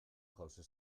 jausi